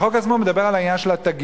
החוק עצמו מדבר על העניין של התגים.